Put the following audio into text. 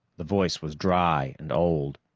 the voice was dry and old.